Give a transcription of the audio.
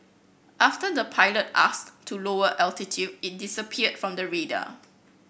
after the pilot asked to lower altitude it disappeared from the radar